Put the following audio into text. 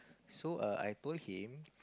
so err I told him